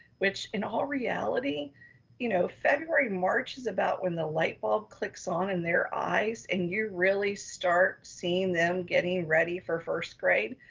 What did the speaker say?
which in all reality you know february, march is about when the light bulb clicks on in their eyes and you really start seeing them getting ready for first grade.